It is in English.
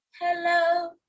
hello